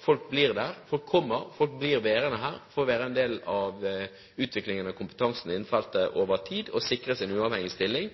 folk blir der. Folk kommer, folk blir værende der og blir en del av utviklingen og kompetansen innen feltet over tid og sikrer sin uavhengige stilling.